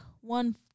one